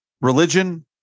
religion